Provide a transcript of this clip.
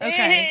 Okay